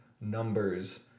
numbers